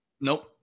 Nope